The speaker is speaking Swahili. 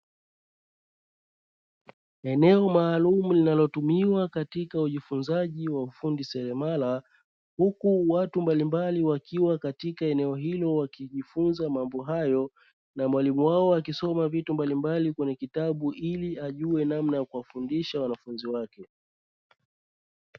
Eneo maalumu linalotumiwa katika ujifunzaji wa ufundi seremala, huku watu mbalimbali wakiwa katika eneo hilo wakijifunza mambo hayo, na mwalimu wao akisoma vitu mbalimbali kwenye kitabu, ili ajue namna ya kuwafundisha wanafunzi wake.